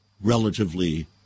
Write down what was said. relatively